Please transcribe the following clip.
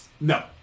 No